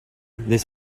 this